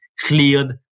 cleared